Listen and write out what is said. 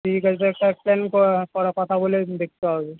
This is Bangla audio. ঠিক আছে ড্রেনটা এক্সটেণ্ড করা করার কথা বলে দেখতে হবে